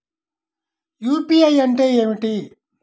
UPI అంటే ఏమిటీ?